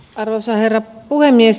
arvoisa herra puhemies